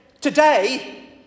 today